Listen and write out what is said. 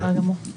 כן.